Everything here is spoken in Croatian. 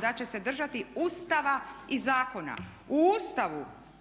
da će se držati Ustava i zakona. U Ustavu